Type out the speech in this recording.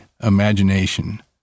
imagination